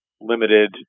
limited